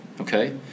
okay